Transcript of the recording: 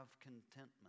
contentment